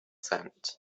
sand